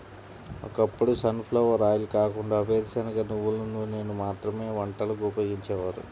ఒకప్పుడు sunflower oil కాకుండా వేరుశనగ, నువ్వుల నూనెను మాత్రమే వంటకు ఉపయోగించేవారు